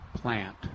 plant